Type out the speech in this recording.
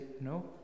no